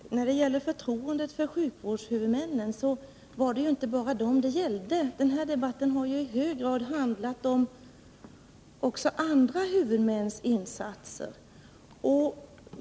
Fru talman! När det gäller förtroendet för sjukvårdshuvudmännen var det inte bara dem det gällde. Den här debatten har i hög grad även handlat om andra huvudmäns insatser.